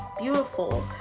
beautiful